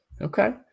Okay